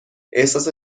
احساس